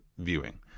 viewing